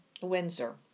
Windsor